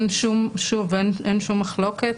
שוב, אין שום מחלוקת.